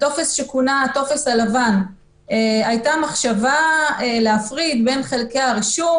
בטופס שכונה הטופס הלבן הייתה מחשבה להפריד בין חלקי הרישום